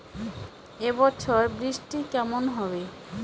এবছর বৃষ্টি কেমন হবে?